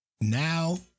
now